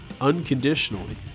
unconditionally